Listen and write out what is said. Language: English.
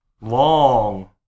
long